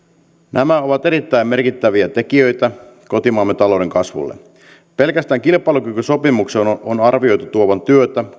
nämä ovat erittäin merkittäviä tekijöitä kotimaamme talouden kasvulle pelkästään kilpailukykysopimuksen on arvioitu tuovan työtä